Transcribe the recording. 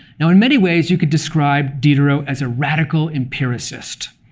now in many ways, you could describe diderot as a radical empiricist,